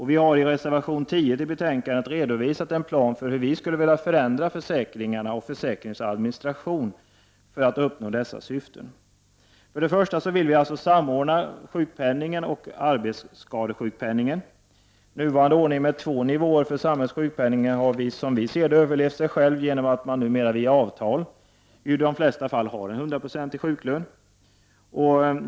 Vi har i reservation 10 till betänkandet redovisat en plan för hur vi skulle vilja förändra försäkringarna och försäkringarnas administration för att uppnå dessa syften. För det första vill vi samordna sjukpenningen och arbetsskadesjukpenningen. Nuvarande ordning med två nivåer för samhällets sjukpenning har, som vi ser det, överlevt sig själv, genom att man numera via avtal i de flesta fall har en hundraprocentig sjuklön.